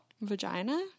Vagina